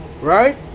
Right